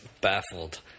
baffled